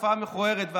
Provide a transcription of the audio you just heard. ותופעה מכוערת.